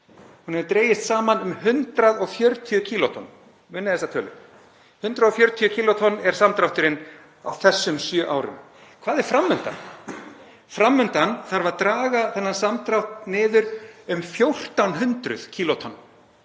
Hún hefur dregist saman um 140 kílótonn, munið þessa tölu. 140 kílótonn er samdrátturinn á þessum sjö árum. Hvað er fram undan? Fram undan þarf að auka þennan samdrátt um 1.400 kílótonn.